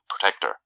protector